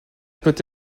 peut